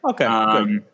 Okay